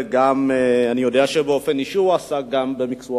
וגם אני יודע שבאופן אישי הוא עסק בזה במקצוע